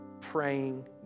praying